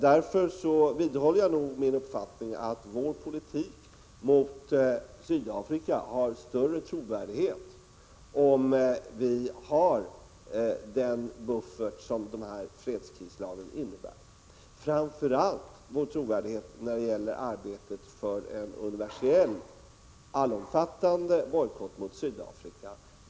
Därför vidhåller jag nog min uppfattning att vår politik gentemot Sydafrika blir mera trovärdig om vi har den buffert som fredskrislagren innebär. Det gäller framför allt vår trovärdighet i fråga om arbetet för en universell, allomfattande, bojkott mot Sydafrika.